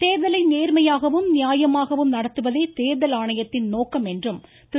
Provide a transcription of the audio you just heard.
தேர்தலை நேர்மையாகவும் நியாயமாகவும் நடத்துவதே தேர்தல் ஆணையத்தின் நோக்கம் என்றும் திரு